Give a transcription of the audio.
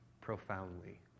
profoundly